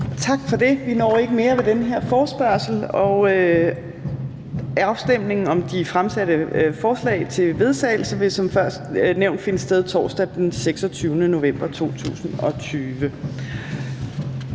Tak for det. Vi når ikke mere ved den her forespørgsel. Afstemningen om de fremsatte forslag til vedtagelse vil som nævnt finde sted torsdag den 26. november 2020.